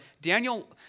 Daniel